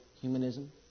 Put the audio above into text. humanism